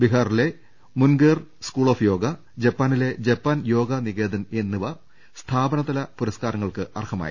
ബീഹാ റിലെ Munger school of Yoga ജപ്പാനിലെ Japan Yoga Niketan എന്നിവ സ്ഥാപനതല പുരസ്കാരങ്ങൾക്ക് അർഹരായി